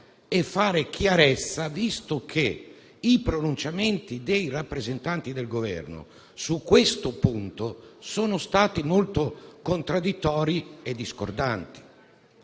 e fare chiarezza, visto che i pronunciamenti dei rappresentanti del Governo su questo punto sono stati molto contraddittori e discordanti.